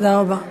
תודה רבה.